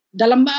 dalam